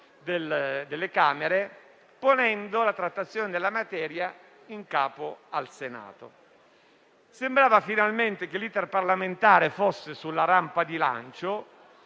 delle Camere ponendo la trattazione della materia in capo al Senato. Quando sembrava che, finalmente, l'*iter* parlamentare fosse sulla rampa di lancio,